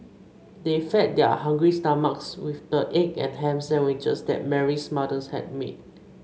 they fed their hungry stomachs with the egg and ham sandwiches that Mary's mother had made